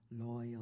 loyal